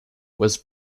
was